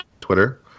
Twitter